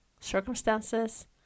circumstances